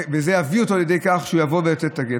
זה יביא אותו לידי כך שהוא יבוא לתת את הגט.